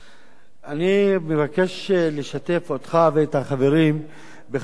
אני מבקש לשתף אותך ואת החברים בחוויה מיוחדת